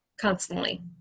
Constantly